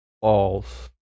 false